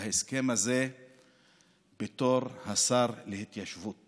בהסכם הזה בתור השר להתיישבות